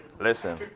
listen